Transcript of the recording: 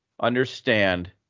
understand